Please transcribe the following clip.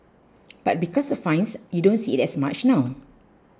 but because of fines you don't see it as much now